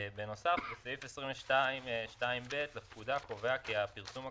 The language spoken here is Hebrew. בנוסף סעיף 22(2ב) לפקודה קובע כי הפרסום על